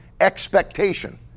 expectation